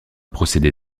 procédé